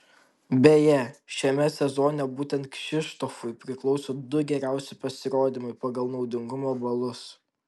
beje šiame sezone būtent kšištofui priklauso du geriausi pasirodymai pagal naudingumo balus